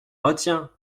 retiens